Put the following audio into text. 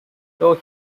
though